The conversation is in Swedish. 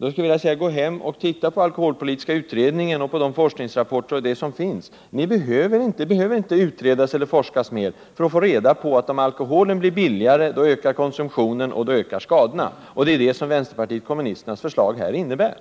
Jag skulle vilja säga: Gå hem och titta på den alkoholpolitiska utredningen samt på de forskningsrapporter och andra uppgifter som redan finns! Vi behöver inte utreda eller forska mer för att få reda på att alkoholkonsumtionen ökar och därmed även alkoholskadorna om alkoholen blir billigare. Men det är det ni föreslår att vi skall göra.